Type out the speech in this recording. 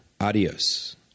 Adios